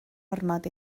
ormod